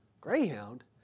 Greyhound